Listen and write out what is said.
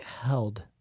held